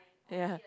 ya